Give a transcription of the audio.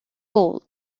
gold